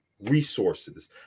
resources